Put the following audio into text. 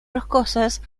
rocosas